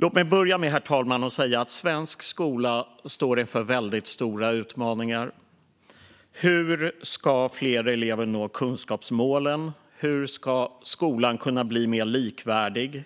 Låt mig börja med, herr talman, och säga att svensk skola står inför mycket stora utmaningar. Hur ska fler elever nå kunskapsmålen? Hur ska skolan bli mer likvärdig?